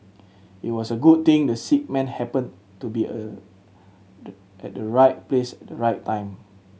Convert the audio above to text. it was a good thing the sick man happened to be a at the right place at the right time